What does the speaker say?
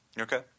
Okay